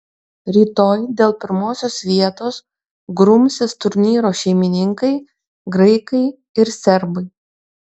rytoj dėl pirmosios vietos grumsis turnyro šeimininkai graikai ir serbai